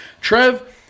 Trev